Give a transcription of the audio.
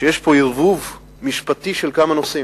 לי יש הרגשה שיש פה ערבוב משפטי של כמה נושאים.